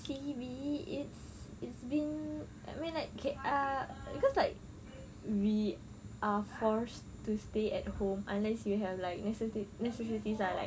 C_B it's it's been like I mean like ah cause like we are forced to stay at home unless you have like necessit~ necessities ah like